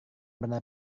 benar